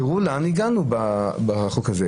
תראו לאן הגענו בחוק הזה.